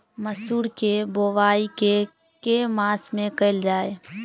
मसूर केँ बोवाई केँ के मास मे कैल जाए?